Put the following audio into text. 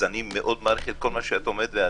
אני מאוד מעריך את כל מה שאת אומרת ואני,